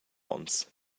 onns